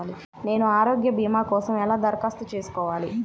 నేను ఆరోగ్య భీమా కోసం ఎలా దరఖాస్తు చేసుకోవాలి?